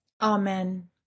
Amen